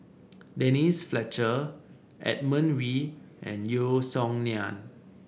Denise Fletcher Edmund Wee and Yeo Song Nian